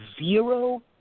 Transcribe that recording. Zero